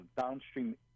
downstream